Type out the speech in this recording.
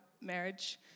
marriage